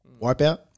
wipeout